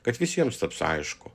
kad visiems taps aišku